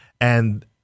and-